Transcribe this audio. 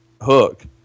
hook